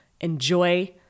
enjoy